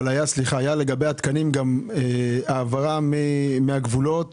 היה לגבי התקנים העברה מהגבולות